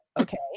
okay